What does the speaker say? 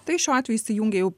tai šiuo atveju įsijungia jau